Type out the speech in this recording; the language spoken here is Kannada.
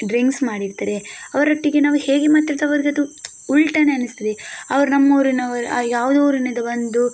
ಡ್ರಿಂಕ್ಸ್ ಮಾಡಿರ್ತಾರೆ ಅವರ ಒಟ್ಟಿಗೆ ನಾವು ಹೇಗೆ ಮಾತಾಡಿದರೂ ಅವರಿಗದು ಉಲ್ಟಾನೇ ಅನಿಸ್ತದೆ ಅವರು ನಮ್ಮ ಊರಿನವರು ಯಾವುದೊ ಊರಿನಿಂದ ಬಂದು